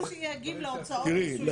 יש סייגים להוצאות מסוימות.